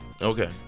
Okay